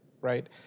right